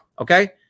Okay